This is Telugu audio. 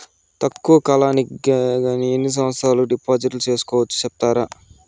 తక్కువ కాలానికి గా ఎన్ని సంవత్సరాల కు డిపాజిట్లు సేసుకోవచ్చు సెప్తారా